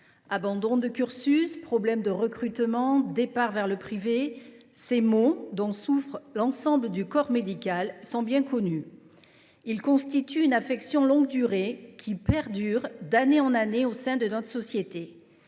Abandon de cursus, problèmes de recrutement, départs vers le privé : ces maux, dont souffre l’ensemble du corps médical, sont bien connus. Ils constituent une affection de longue durée, qui perdure d’année en année au sein de notre société.